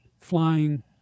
flying